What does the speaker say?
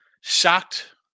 shocked